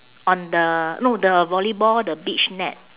on the no the volleyball the beach net